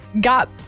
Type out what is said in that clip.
got